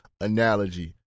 analogy